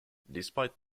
despite